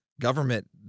government